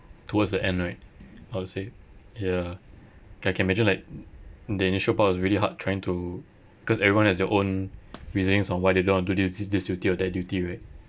towards the end right I would say ya I can imagine like the initial part was really hard trying to because everyone has their own reasonings on why they don't want do this this this duty or that duty right